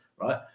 Right